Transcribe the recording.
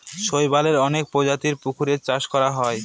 শৈবালের অনেক প্রজাতির পুকুরে চাষ করা হয়